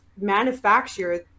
manufacture